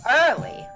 early